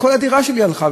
כל הדירה שלי הלכה,